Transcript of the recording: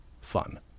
fun